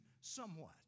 somewhat